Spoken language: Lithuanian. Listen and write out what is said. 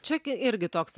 čia kai irgi toks